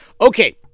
Okay